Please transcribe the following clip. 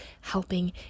helping